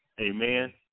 amen